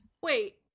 Wait